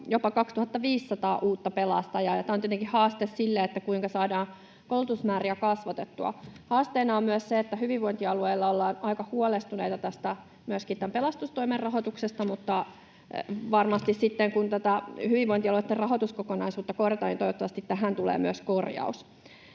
jopa 2 500 uutta pelastajaa, ja tämä on tietenkin haaste siinä, kuinka saadaan koulutusmääriä kasvatettua. Haasteena on myös se, että hyvinvointialueilla ollaan aika huolestuneita myöskin pelastustoimen rahoituksesta, mutta sitten kun tätä hyvinvointialueitten rahoituskokonaisuutta korjataan, toivottavasti myös tähän tulee korjaus.